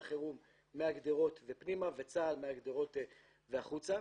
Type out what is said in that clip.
חירום מהגדרות ופנימה וצה"ל מהגדרות והחוצה.